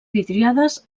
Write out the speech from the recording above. vidriades